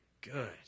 good